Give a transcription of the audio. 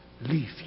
leave